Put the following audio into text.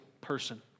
person